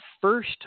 First